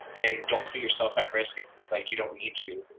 and don't put yourself at risk if, like, you don't need to.